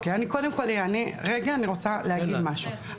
אני רוצה להגיד משהו,